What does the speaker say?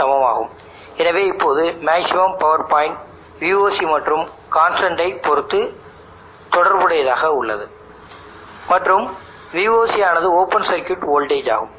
Isc என்பது கொடுக்கப்பட்ட insulation இல் பேனலுக்கான ஷார்ட் சர்க்யூட் கரண்ட் ஆகும்